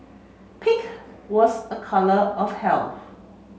pink was a colour of